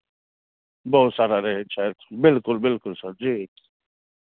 बहुत सारा रहै छथि बिलकुल बिलकुल सर जी